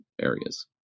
areas